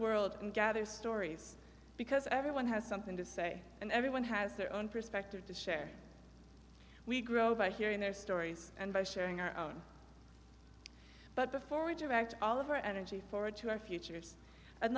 world and gather stories because everyone has something to say and everyone has their own perspective to share we grow by hearing their stories and by sharing our own but before reject all of our energy forward to our futures and